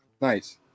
nice